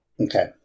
Okay